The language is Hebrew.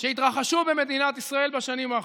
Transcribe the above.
שהתרחשו במדינת ישראל בשנים האחרונות.